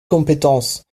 compétence